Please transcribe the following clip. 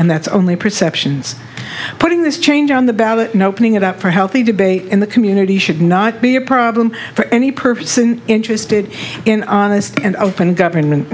and that's only perceptions putting this change on the ballot no opening it up for healthy debate in the community should not be a problem for any person interested in honest and open government